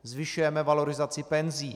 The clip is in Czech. Zvyšujeme valorizaci penzí.